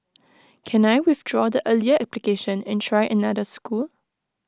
can I withdraw the earlier application and try another school